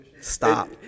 Stop